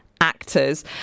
actors